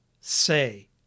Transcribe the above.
say